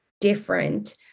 different